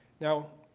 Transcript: now,